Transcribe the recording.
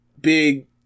big